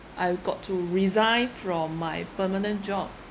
I got to resign from my permanent job